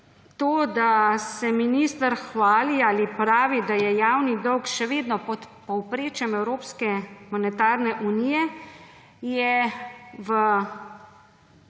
to, da se minister hvali ali pravi, da je javni dolg še vedno pod povprečjem Evropske monetarne unije, je v